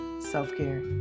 self-care